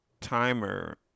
timer